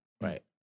Right